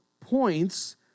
points